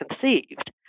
conceived